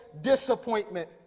disappointment